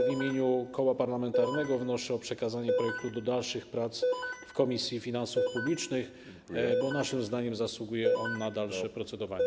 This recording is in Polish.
W imieniu koła parlamentarnego wnoszę o przekazanie projektu do dalszych prac w Komisji Finansów Publicznych, bo naszym zdaniem zasługuje on na dalsze procedowanie.